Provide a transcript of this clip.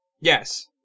Yes